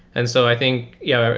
and so i think, yeah,